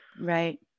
Right